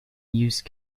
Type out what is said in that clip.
use